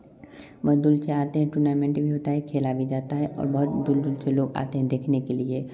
बहुत दूर से आते टूर्नामेंट भी होता है खेला भी जाता है और बहुत दूर दूर से लोग आते हैं देखने के लिए